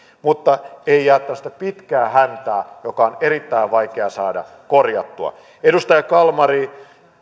mutta ei jää tämmöistä pitkää häntää joka on erittäin vaikea saada korjattua edustaja kalmari